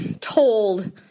told